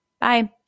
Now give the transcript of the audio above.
Bye